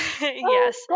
yes